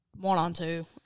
one-on-two